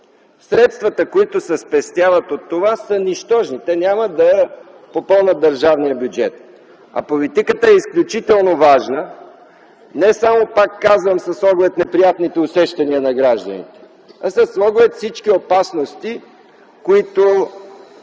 Средствата, които се спестяват от това, са нищожни. Те няма да попълнят държавния бюджет, а политиката е изключително важна не само, пак казвам, с оглед неприятните усещания на гражданите, а с оглед всички опасности, които